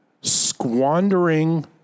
squandering